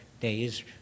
days